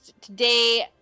today